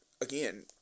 Again